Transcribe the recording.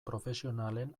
profesionalen